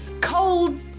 cold